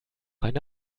eine